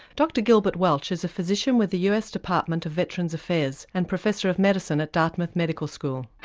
dr gilbert welch is a physician with the us department of veterans affairs and professor of medicine at dartmouth medical school.